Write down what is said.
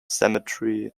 cemetery